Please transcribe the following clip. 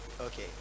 okay